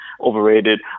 overrated